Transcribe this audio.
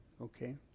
okay